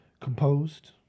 composed